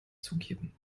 zugeben